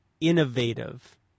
innovative